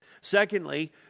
Secondly